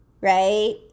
right